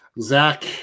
Zach